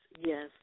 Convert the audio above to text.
yes